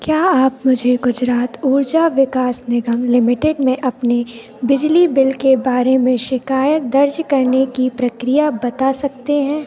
क्या आप मुझे गुजरात ऊर्जा विकास निगम लिमिटेड में अपनी बिजली बिल के बारे में शिकायत दर्ज करने की प्रक्रिया बता सकते हैं